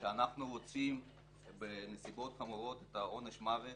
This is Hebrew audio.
שאנחנו רוצים בנסיבות חמורות את עונש המוות.